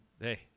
Hey